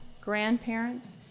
grandparents